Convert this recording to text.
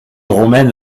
romaine